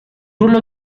ruolo